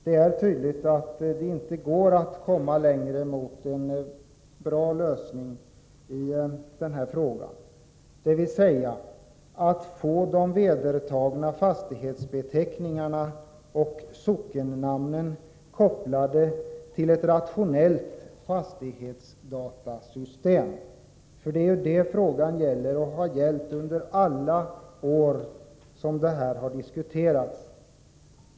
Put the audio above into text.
Det är tydligt att det inte går att komma längre mot en bra lösning i denna fråga, dvs. att få de vedertagna fastighetsbeteckningarna och sockennamnen kopplade till ett rationellt fastighetsdatasystem, för det är ju detta frågan gäller och har gällt under alla de år som saken har diskuterats.